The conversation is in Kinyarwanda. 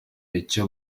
icyo